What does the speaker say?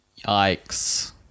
Yikes